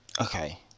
Okay